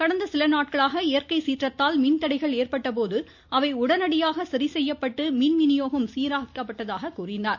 கடந்த சில நாட்களாக இயற்கை சீற்றத்தால் மின்தடைகள் ஏற்பட்டபோது அவை உடனடியாக சரிசெய்யப்பட்டு மின்வினியோகம் சீரானதாக கூறினார்